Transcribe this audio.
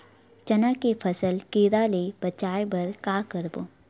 चना के फसल कीरा ले बचाय बर का करबो?